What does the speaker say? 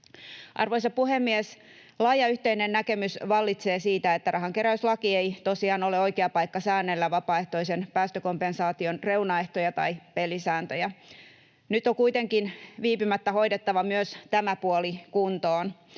Arvoisa puhemies! Laaja yhteinen näkemys vallitsee siitä, että rahankeräyslaki ei tosiaan ole oikea paikka säännellä vapaaehtoisen päästökompensaation reunaehtoja tai pelisääntöjä. Nyt on kuitenkin viipymättä hoidettava myös tämä puoli kuntoon